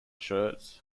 shirts